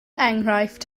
enghraifft